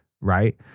right